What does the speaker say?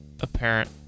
apparent